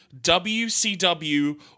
WCW